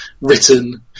written